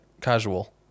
casual